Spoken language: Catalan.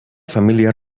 família